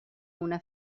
una